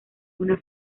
una